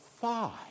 five